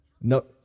no